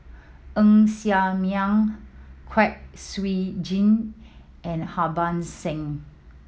Ng Ser Miang Kwek Siew Jin and Harbans Singh